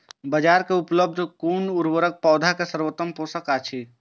बाजार में उपलब्ध कुन उर्वरक पौधा के सर्वोत्तम पोषक अछि?